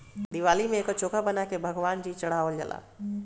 दिवाली में एकर चोखा बना के भगवान जी चढ़ावल जाला